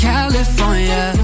California